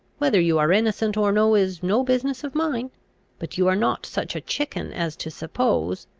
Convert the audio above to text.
whether you are innocent or no is no business of mine but you are not such a chicken as to suppose,